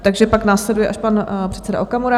Takže pak následuje až pan předseda Okamura.